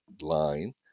line